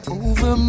over